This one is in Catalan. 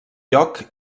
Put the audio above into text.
lloc